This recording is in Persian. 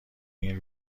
این